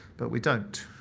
but we don't.